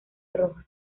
roja